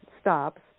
stops